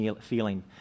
feeling